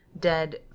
dead